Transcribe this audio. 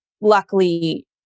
luckily